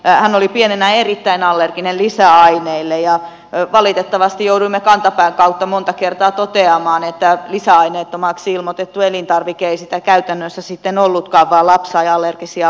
hän oli pienenä erittäin allerginen lisäaineille ja valitettavasti jouduimme kantapään kautta monta kertaa toteamaan että lisäaineettomaksi ilmoitettu elintarvike ei sitä käytännössä sitten ollutkaan vaan lapsi sai allergisia oireita